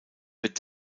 wird